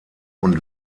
und